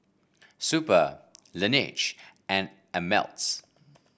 Super Laneige and Ameltz